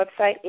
website